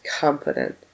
confident